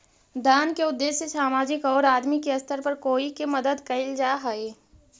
दान के उद्देश्य सामाजिक औउर आदमी के स्तर पर कोई के मदद कईल जा हई